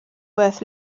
worth